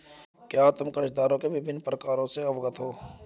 क्या तुम कर्जदारों के विभिन्न प्रकारों से अवगत हो?